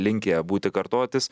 linkę būti kartotis